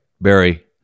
barry